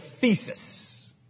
thesis